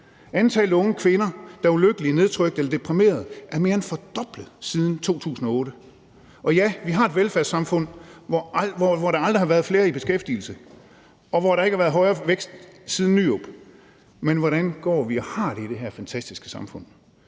Antallet af unge kvinder, der er ulykkelige, nedtrykte eller deprimerede, er mere end fordoblet siden 2008. Og ja, vi har et velfærdssamfund, hvor der aldrig har været flere i beskæftigelse, og hvor der ikke har været højere vækst siden Poul Nyrup Rasmussen. Men hvordan går vi og har det i det her fantastiske samfund?